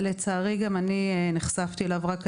לצערי גם אני נחשפתי אליו רק היום.